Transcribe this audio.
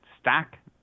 stack